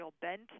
bent